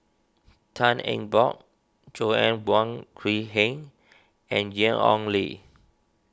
Tan Eng Bock Joanna Wong Quee Heng and Ian Ong Li